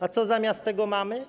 A co zamiast tego mamy?